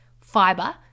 fiber